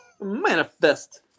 Manifest